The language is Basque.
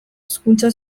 hezkuntza